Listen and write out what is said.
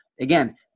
again